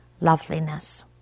loveliness